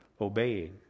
obeying